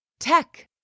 Tech